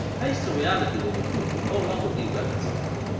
faced a reality where the two could no longer be reconciled.